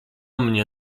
mnie